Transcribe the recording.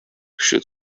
should